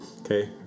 okay